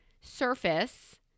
surface